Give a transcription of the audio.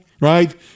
Right